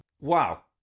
Wow